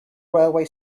railway